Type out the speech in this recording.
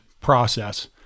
process